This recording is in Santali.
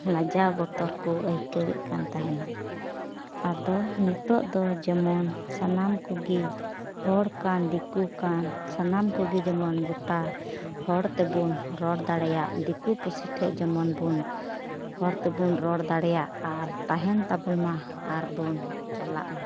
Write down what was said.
ᱞᱟᱡᱟᱣ ᱵᱚᱛᱚᱨ ᱠᱚ ᱟᱹᱭᱠᱟᱹᱣᱮᱫ ᱠᱟᱱ ᱛᱟᱦᱮᱱᱟ ᱟᱫᱚ ᱱᱤᱛᱚᱜ ᱫᱚ ᱡᱮᱢᱚᱱ ᱥᱟᱱᱟᱢ ᱠᱚᱜᱮ ᱦᱚᱲ ᱠᱟᱱ ᱫᱤᱠᱩ ᱠᱟᱱ ᱥᱟᱱᱟᱢ ᱠᱚᱜᱮ ᱡᱮᱢᱚᱱ ᱜᱳᱴᱟ ᱦᱚᱲ ᱛᱮᱵᱚᱱ ᱨᱚᱲ ᱫᱟᱲᱮᱭᱟᱜ ᱫᱤᱠᱩ ᱯᱩᱥᱤ ᱴᱷᱮᱡ ᱡᱮᱢᱚᱱ ᱵᱚᱱ ᱦᱚᱲ ᱛᱮᱵᱚᱱ ᱨᱚᱲ ᱫᱟᱲᱮᱭᱟᱜᱼᱟ ᱟᱨ ᱛᱟᱦᱮᱱ ᱛᱟᱵᱚᱱ ᱢᱟ ᱟᱨᱵᱚᱱ ᱪᱟᱞᱟᱜ ᱢᱟ